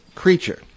creature